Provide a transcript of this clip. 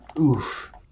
oof